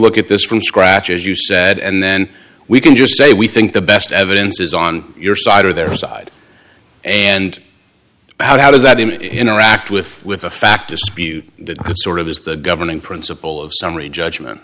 look at this from scratch as you said and then we can just say we think the best evidence is on your side or their side and how does that him interact with with a fact dispute that sort of is the governing principle of summary judgment